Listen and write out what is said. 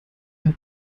habt